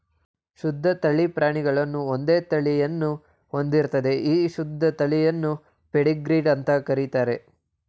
ಶುದ್ಧ ತಳಿ ಪ್ರಾಣಿಗಳು ಒಂದೇ ತಳಿಯನ್ನು ಹೊಂದಿರ್ತದೆ ಈ ಶುದ್ಧ ತಳಿಗಳನ್ನು ಪೆಡಿಗ್ರೀಡ್ ಅಂತ ಕರೀತಾರೆ